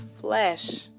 flesh